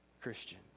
Christian